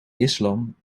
islam